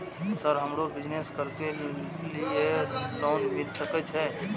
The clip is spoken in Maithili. सर हमरो बिजनेस करके ली ये लोन मिल सके छे?